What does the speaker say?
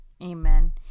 Amen